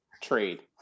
trade